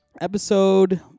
episode